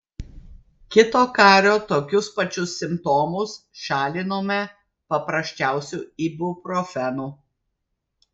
kito kario tokius pačius simptomus šalinome paprasčiausiu ibuprofenu